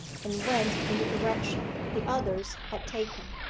and went in the direction the others had taken.